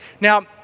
Now